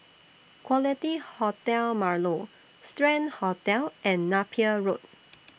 Quality Hotel Marlow Strand Hotel and Napier Road